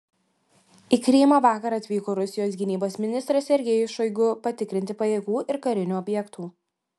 į krymą vakar atvyko rusijos gynybos ministras sergejus šoigu patikrinti pajėgų ir karinių objektų